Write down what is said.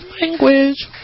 language